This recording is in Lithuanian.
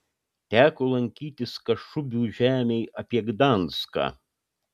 teko lankytis kašubių žemėj apie gdanską